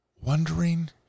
wondering